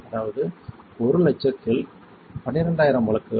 அதாவது 100000 இல் 12000 வழக்குகள்